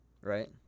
Right